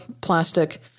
plastic